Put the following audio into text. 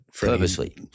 Purposely